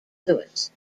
louis